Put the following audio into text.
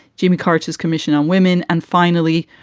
jimmy carter's commission on women. and finally,